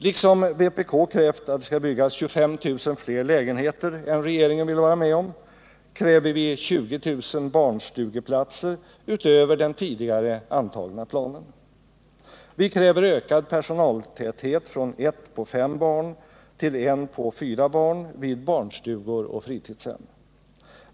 Liksom vpk krävt att det skall byggas 25 000 fler lägenheter än regeringen vill vara med om kräver vi 20 000 barnstugeplatser utöver den tidigare antagna planen. Vi kräver ökad personaltäthet från en anställd på fem barn till en anställd på fyra barn vid barnstugor och fritidshem.